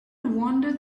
wander